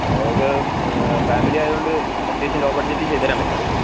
അത് ഒക്കെ ഫാമിലി ആയതോണ്ട് അത്യാവശ്യം ലോ ബഡ്ജറ്റ് ചെയ്തുതരാൻ പറ്റില്ല നിങ്ങൾക്ക്